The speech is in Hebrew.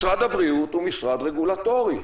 משרד הבריאות הוא משרד רגולטורי.